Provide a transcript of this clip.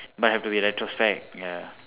but have to be retrospect ya